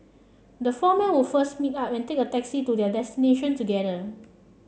the four men would first meet up and take a taxi to their destination together